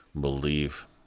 believe